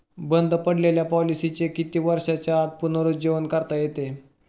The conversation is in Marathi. बंद पडलेल्या पॉलिसीचे किती वर्षांच्या आत पुनरुज्जीवन करता येते?